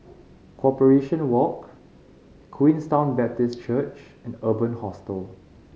Corporation Walk Queenstown Baptist Church and Urban Hostel